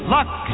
Luck